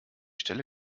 stelle